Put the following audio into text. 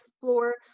floor